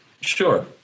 Sure